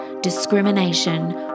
discrimination